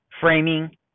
framing